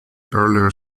earlier